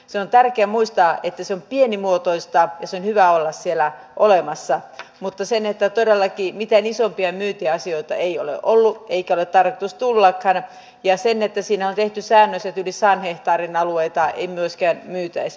se on tärkeää muistaa että se on pienimuotoista ja sen on hyvä olla siellä olemassa mutta todellakaan mitään isompia myyntiasioita ei ole ollut eikä ole tarkoitus tullakaan ja siinä on tehty säännös että yli sadan hehtaarin alueita ei myöskään myytäisi eteenpäin